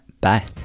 bye